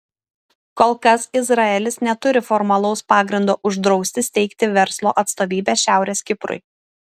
kol kas izraelis neturi formalaus pagrindo uždrausti steigti verslo atstovybę šiaurės kiprui